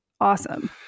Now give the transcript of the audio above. awesome